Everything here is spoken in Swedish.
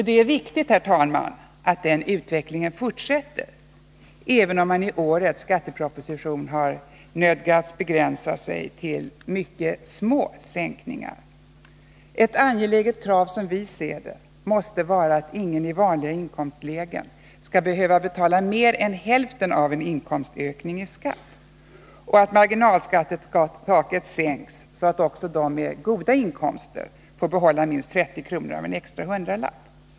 Det är viktigt att den utvecklingen fortsätter, även om man i årets skatteproposition nödgats begränsa sig till mycket små sänkningar. Ett angeläget krav måste vara att ingen i vanliga inkomstlägen skall behöva betala mer än hälften av en inkomstökning i skatt och att marginalskattetaket sänks så att också de med goda inkomster får behålla minst 30 kr. av en extra hundralapp.